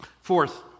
Fourth